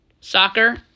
soccer